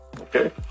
okay